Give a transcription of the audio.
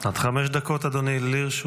עד חמש דקות לרשותך,